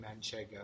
Manchego